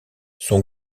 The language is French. son